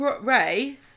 Ray